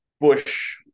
Bush